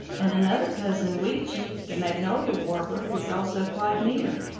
and another cousin weechi the magnolia warbler is also quite near.